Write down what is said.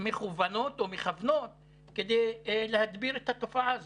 ההחלטות שמכוּונות או מכַוונות כדי להדביר את התופעה הזאת.